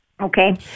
Okay